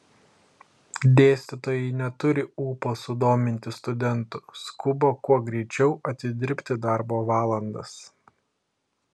dėstytojai neturi ūpo sudominti studentų skuba kuo greičiau atidirbti darbo valandas